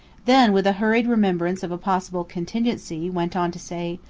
then with a hurried remembrance of a possible contingency, went on to say,